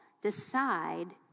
decide